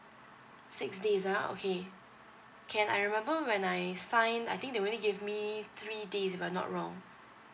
six days ah okay can I remember when I sign I think they only gave me three days if I'm not wrong